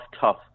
tough